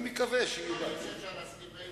שאפשר להסכים עליהם.